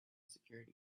security